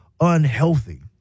unhealthy